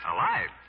Alive